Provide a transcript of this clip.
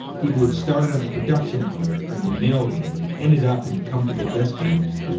people had started on the production line or in the mailroom and ended up in comfortable desk jobs.